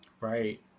Right